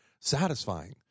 satisfying